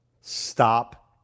stop